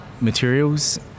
materials